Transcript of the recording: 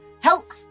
help